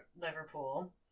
Liverpool